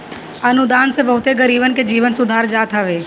अनुदान से बहुते गरीबन के जीवन सुधार जात हवे